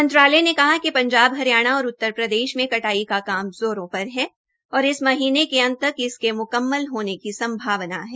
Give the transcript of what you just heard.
मंत्रालय ने कहा कि पंजाब हरियाणा और उत्तरप्रदेश में कटाई का काम जोरो पर है और इस महीने के अंत तक इसके म्कम्मल होने की संभावना है